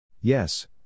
Yes